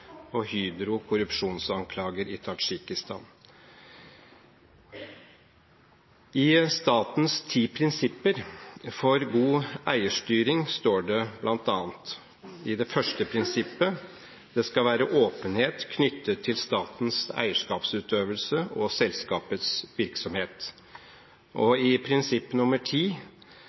og Hydro, korrupsjonsanklager i Tadsjikistan. I statens ti prinsipper for god eierstyring står det bl.a., i det andre prinsippet: «Det skal være åpenhet knyttet til statens eierskapsutøvelse og selskapets virksomhet». Og i prinsipp